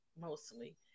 mostly